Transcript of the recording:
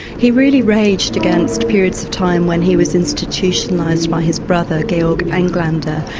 he really raged against periods of time when he was institutionalised by his brother georg englander,